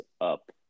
up